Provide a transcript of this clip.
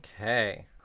Okay